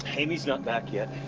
amy's not back yet.